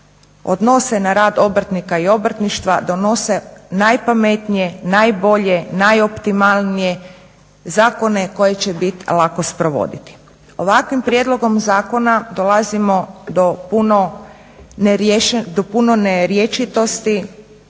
odnose na rad obrtnika i obrtništva donose najpametnije, najbolje, najoptimalnije zakone koji će biti lako sprovoditi. Ovakvim prijedlogom zakona dolazimo do puno nerječitosti,